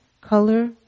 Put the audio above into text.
color